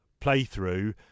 playthrough